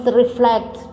reflect